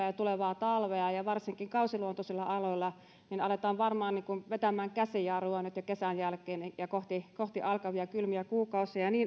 ja tulevaa talvea varsinkin kausiluontoisilla aloilla aletaan varmaan vetämään käsijarrua nyt jo kesän jälkeen elikkä kohti alkavia kylmiä kuukausia